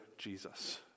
Jesus